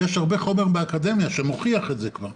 ויש הרבה חומר באקדמיה שמוכיח את זה כבר.